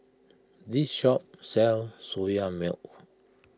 this shop sells Soya Milk